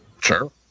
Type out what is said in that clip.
Sure